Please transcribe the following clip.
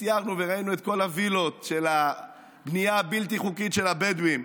סיירנו וראינו את כל הווילות של הבנייה הבלתי-חוקית של הבדואים.